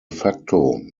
facto